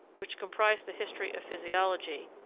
which comprise the history of physiology,